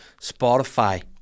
Spotify